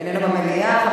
איננו במליאה.